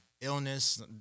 illness